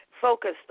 focused